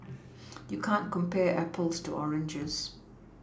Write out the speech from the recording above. you can't compare Apples to oranges